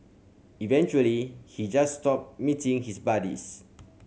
eventually he just stopped meeting his buddies